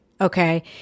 Okay